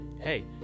hey